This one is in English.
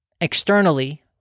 externally